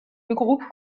groupe